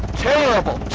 terrible,